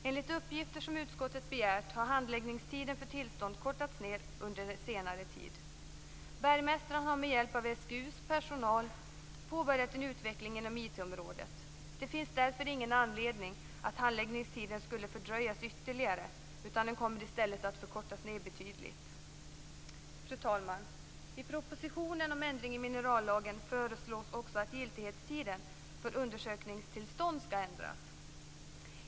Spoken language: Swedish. Enligt uppgifter som utskottet begärt har handläggningstiden för tillstånd kortats ned under senare tid. Bergmästaren har med hjälp av SGU:s personal påbörjat en utveckling inom IT-området. Det finns därför ingen anledning att handläggningstiden skulle fördröjas ytterligare utan den kommer i stället att kortas ned betydligt. Fru talman! I propositionen om ändring i minerallagen föreslås också att giltighetstiden för undersökningstillstånd skall ändras.